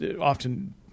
often